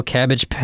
Cabbage